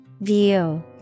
View